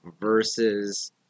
versus